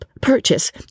purchase